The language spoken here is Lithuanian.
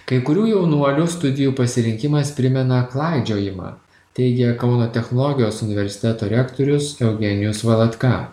kai kurių jaunuolių studijų pasirinkimas primena klaidžiojimą teigė kauno technologijos universiteto rektorius eugenijus valatka